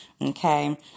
okay